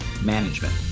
management